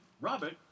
Robert